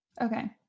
okay